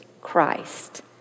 Christ